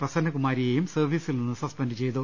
പ്രസന്നകുമാരിയെയും സർവീസിൽ നിന്ന് സസ്പെൻഡ് ചെയ്തു